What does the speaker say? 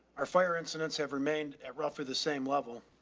our fire incidents have remained at roughly the same level,